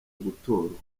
gutorwa